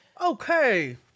Okay